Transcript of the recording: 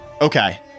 Okay